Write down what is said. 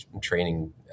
training